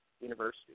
University